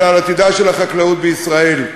אלא על עתידה של החקלאות בישראל.